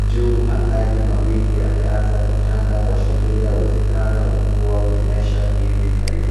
Juu angani mawingu yameanza kutanda kuashiria uwezekano wa mvua kunyesha hivi karibuni.